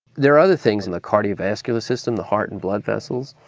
there are other things in the cardiovascular system, the heart and blood vessels.